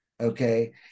Okay